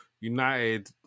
United